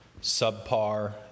subpar